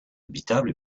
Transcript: habitable